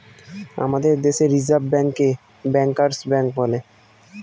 আমাদের দেশে রিসার্ভ ব্যাঙ্কে ব্যাঙ্কার্স ব্যাঙ্ক বলে